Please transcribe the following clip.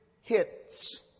Hits